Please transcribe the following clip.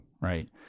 Right